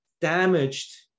damaged